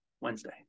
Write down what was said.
Wednesday